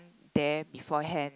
there beforehand